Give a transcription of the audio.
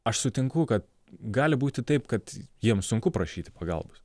aš sutinku kad gali būti taip kad jiems sunku prašyti pagalbos